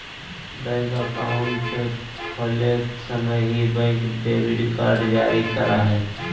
bank account खोले समय ही, बैंक डेबिट कार्ड जारी करा हइ